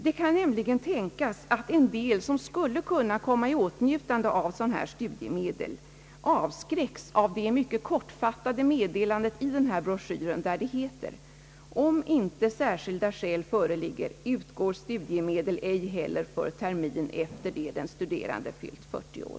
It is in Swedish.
Det kan nämligen tänkas att en del människor, som skulle kunna komma i åtnjutande av studiemedel, avskräcks av det mycket kortfattade meddelandet i broschyren, där det heter: »Om inte särskilda skäl föreligger, utgår studiemedel ej heller för termin efter det den studerande fyllt 40 år.»